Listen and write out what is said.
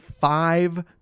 five